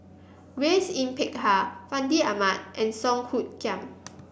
Grace Yin Peck Ha Fandi Ahmad and Song Hoot Kiam